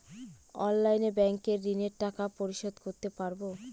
অনলাইনে ব্যাংকের ঋণের টাকা পরিশোধ করতে পারবো?